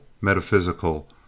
metaphysical